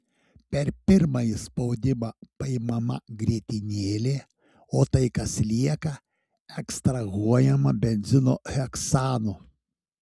per pirmąjį spaudimą paimama grietinėlė o tai kas lieka ekstrahuojama benzino heksanu